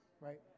Right